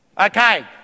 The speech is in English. Okay